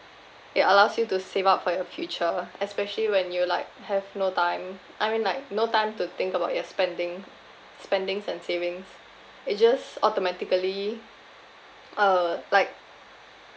it allows you to save up for your future especially when you like have no time I mean like no time to think about your spending spendings and savings it just automatically uh like